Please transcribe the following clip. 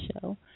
show